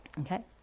Okay